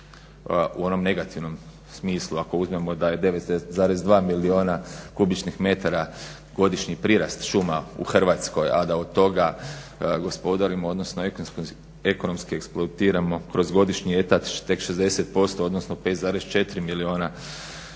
u onom negativnom smislu ako uzmemo da je 9,2 milijuna kubičnih metara godišnji prirast šuma u Hrvatskoj a da od toga gospodarimo odnosno ekonomski eksplotiramo kroz godišnji etat tek 60% odnosno 5,4 milijuna metara